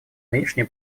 нынешнюю